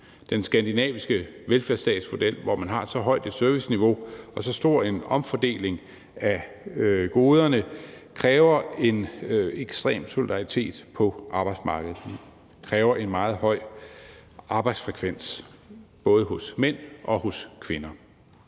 Den skandinaviske velfærdsstatsmodel, hvor man har så højt et serviceniveau og så stor en omfordeling af goderne, kræver en ekstrem solidaritet på arbejdsmarkedet. Det kræver en meget høj arbejdsfrekvens, både hos mænd og hos kvinder.